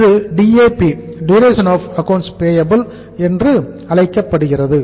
இது DAP என அழைக்கப்படுகிறது